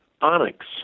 onyx